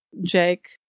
Jake